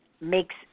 makes